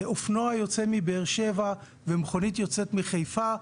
אופנוע יוצא מבאר שבע ומכונית יוצאת מחיפה,